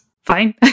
fine